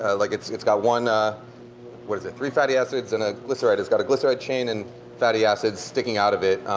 ah like it's it's got one what is it? three fatty acids and a glyceride. it's got a glyceride chain and fatty acids sticking out of it.